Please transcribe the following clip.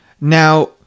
Now